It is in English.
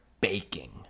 baking